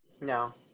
No